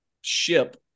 ship